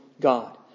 God